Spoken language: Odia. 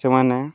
ସେମାନେ